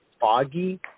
foggy